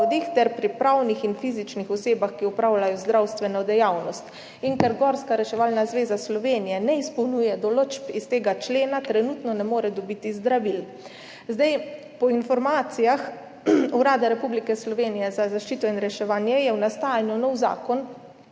ter pri pravnih in fizičnih osebah, ki opravljajo zdravstveno dejavnost. In ker Gorska reševalna zveza Slovenije ne izpolnjuje določb iz tega člena, trenutno ne more dobiti zdravil. Po informacijah urada Republike Slovenije za zaščito in reševanje je v nastajanju nov zakon